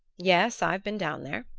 yes i've been down there.